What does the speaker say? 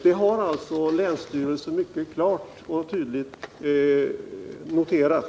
Det har länsstyrelsen mycket klart och tydligt noterat.